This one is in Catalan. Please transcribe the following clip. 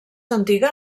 antiga